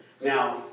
Now